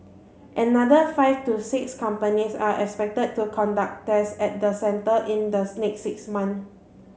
another five to six companies are expected to conduct tests at the centre in the next six months